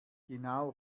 genau